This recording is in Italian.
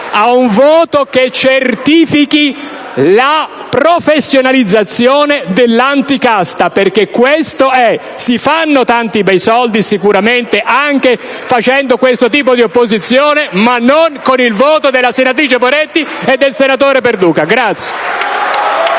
ad un voto che certifichi la professionalizzazione dell'anticasta, perché questo è: si fanno tanti bei soldi certamente anche esercitando questo tipo di opposizione. Ma non con il voto della senatrice Poretti e del senatore Perduca!